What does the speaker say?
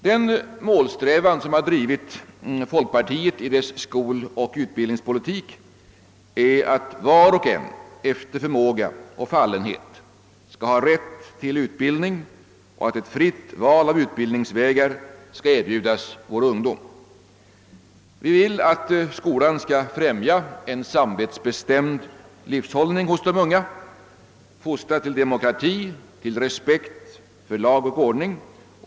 Den målsträvan som har drivit folkpartiet i dess skoloch utbildningspolitik är att var och en efter förmåga och fallenhet skall ha rätt till utbildning samt att ett fritt val av utbildningsvägar skall erbjudas vår ungdom. Vi vill att skolan skall främja en samvetsbestämd livshållning hos de unga och fostra till demokrati, till respekt för lag och ordning.